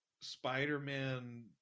Spider-Man